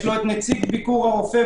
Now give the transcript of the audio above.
יש לו נציג ביקור רופא,